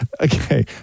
okay